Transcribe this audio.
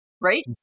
Right